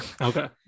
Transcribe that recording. Okay